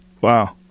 Wow